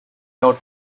nord